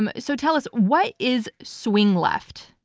um so tell us what is swing left?